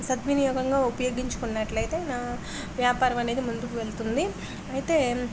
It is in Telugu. సద్వినియోగంగా ఉపయోగించుకున్నట్లయితే నా వ్యాపారం అనేది ముందుకు వెళ్తుంది అయితే